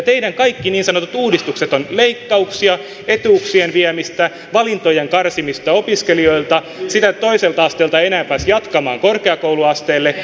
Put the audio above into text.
teidän kaikki niin sanotut uudistuksenne ovat leikkauksia etuuksien viemistä valintojen karsimista opiskelijoilta sitä että toiselta asteelta ei enää pääse jatkamaan korkeakouluasteelle